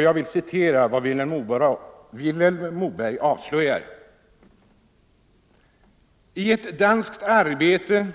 Jag citerar vad Vilhelm Moberg avslöjar: ”I ett danskt arbete